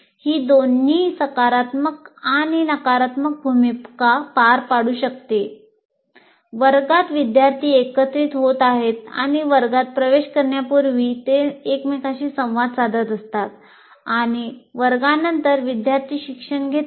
ही दोन्ही सकारात्मक आणि नकारात्मक भूमिका पार पाडू शकते वर्गात विद्यार्थी एकत्रित होत आहेत आणि वर्गात प्रवेश करण्यापूर्वी ते एकमेकांशी संवाद साधत असतात आणि वर्गानंतर विद्यार्थी शिक्षण घेतात